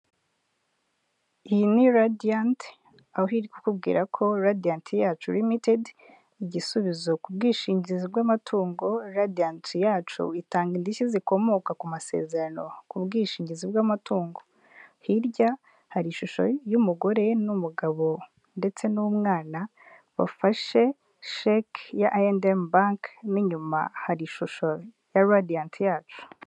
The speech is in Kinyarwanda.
Iyi ni radiyati aho irikukubwira ko radiyati yacu rimitedi, igisubizo ku bwishingizi bw'amatungo. Radiyati yacu itanga indishyi zikomoka ku masezerano, ku bwishingizi bw'amatungo. Hirya hari ishusho y'umugore n'umugabo ndetse n'umwana bafashe sheki ya I&M baki, n'inyuma hari ishusho ya radiyati yacu.